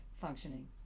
functioning